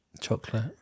Chocolate